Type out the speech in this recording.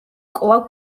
კვლავ